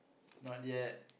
not yet